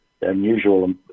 unusual